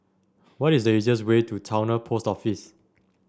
what is the easiest way to Towner Post Office